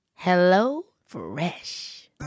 HelloFresh